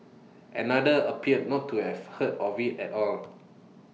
another appeared not to have heard of IT at all